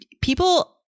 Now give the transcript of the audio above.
people